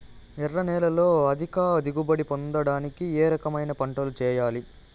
ఎర్ర నేలలో అధిక దిగుబడి పొందడానికి ఏ రకమైన పంటలు చేయాలి?